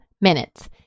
minutes